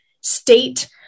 state